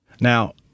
Now